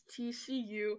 TCU